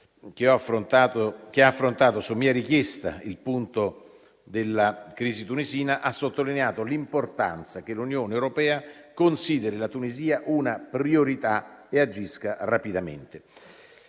che ha affrontato - su mia richiesta - il punto della crisi tunisina, è stata sottolineata l'importanza che l'Unione europea consideri la Tunisia una priorità e agisca rapidamente.